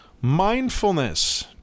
mindfulness